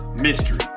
Mystery